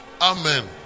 Amen